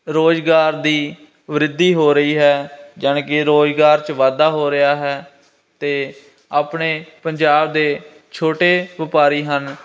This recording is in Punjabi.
ਰੁਜ਼ਗਾਰ ਦੀ ਵ੍ਰਿੱਧੀ ਹੋ ਰਹੀ ਹੈ ਜਾਨੀ ਕਿ ਰੁਜ਼ਗਾਰ 'ਚ ਵਾਧਾ ਹੋ ਰਿਹਾ ਹੈ ਅਤੇ ਆਪਣੇ ਪੰਜਾਬ ਦੇ ਛੋਟੇ ਵਪਾਰੀ ਹਨ